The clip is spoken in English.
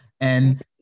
And-